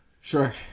sure